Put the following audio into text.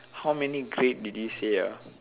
how many great did you say ah